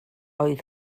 oedd